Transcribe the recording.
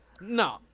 No